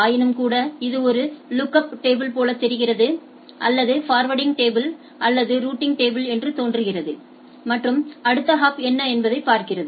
ஆயினும்கூட இது ஒரு லுக் அப் டேபிள் போல தெரிகிறது அல்லது ஃபர்வேர்டிங் டேபிள் அல்லது ரூட்டிங் டேபிள் என்று தோன்றுகிறது மற்றும் அடுத்த ஹாப் என்ன என்பதைப் பார்க்கிறது